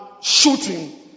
shooting